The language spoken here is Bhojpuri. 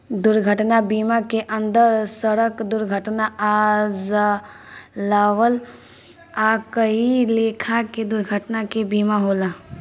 दुर्घटना बीमा के अंदर सड़क दुर्घटना आ जलावल आ कई लेखा के दुर्घटना के बीमा होला